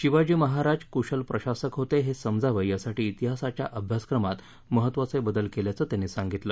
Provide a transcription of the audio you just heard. शिवाजी महाराज कुशल प्रशासक होते हे समजावं यासाठी ातिहासाच्या अभ्यासक्रमात महत्त्वाचे बदल केल्याचं त्यांनी सांगितलं